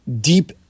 deep